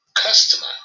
customer